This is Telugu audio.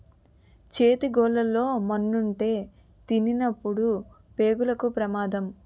చేతి గోళ్లు లో మన్నుంటే తినినప్పుడు పేగులకు పెమాదం